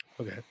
Okay